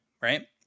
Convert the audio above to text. Right